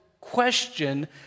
question